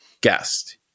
guest